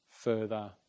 further